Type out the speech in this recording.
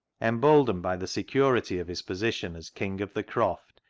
emboldened by the security of his position as king of the croft,